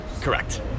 Correct